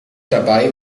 dabei